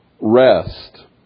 rest